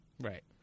Right